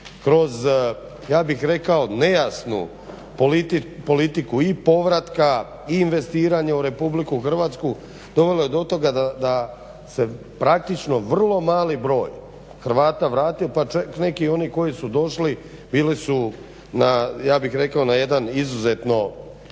kroz ja bih rekao, nejasnu politiku i povratka i investiranja u RH dovelo je do toga da se praktično vrlo mali broj Hrvata vratio, pa čak i neki oni koji su došli bili su na, ja bih rekao na jedan izuzetno